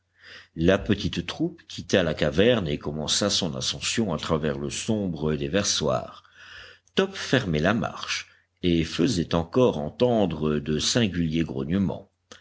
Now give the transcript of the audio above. la petite troupe quitta la caverne et commença son ascension à travers le sombre déversoir top fermait la marche et faisait encore entendre de singuliers grognements